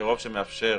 כרוב שמאפשר